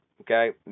Okay